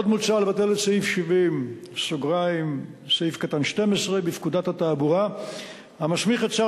עוד מוצע לבטל את סעיף 70(12) בפקודת התעבורה המסמיך את שר